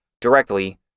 directly